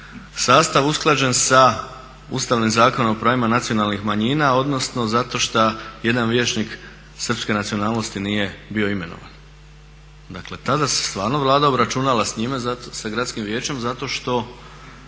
sastav usklađen sa Ustavnim zakonom o pravima nacionalnih manjina odnosno zato šta jedan vijećnik srpske nacionalnosti nije bio imenovan. Dakle, tada se stvarno Vlada obračunala s njima, sa gradskim vijećem zato što